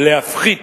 להפחית